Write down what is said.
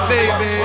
Baby